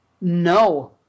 No